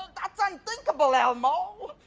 that's unthinkable elmo.